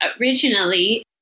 Originally